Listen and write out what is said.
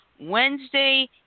Wednesday